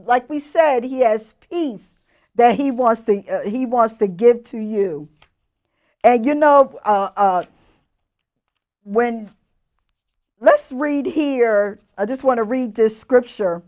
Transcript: like we said he has peace that he wants to he wants to give to you and you know when let's read here just want to read the scripture